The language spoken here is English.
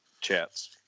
Chats